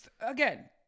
Again